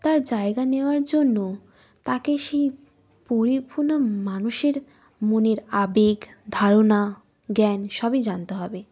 তার জায়গা নেওয়ার জন্য তাকে সেই পরিপূর্ণ মানুষের মনের আবেগ ধারণা জ্ঞান সবই জানতে হবে